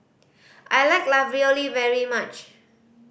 I like Ravioli very much